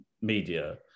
media